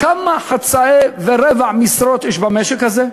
כמה חצאי ורבעי משרות יש במשק הזה?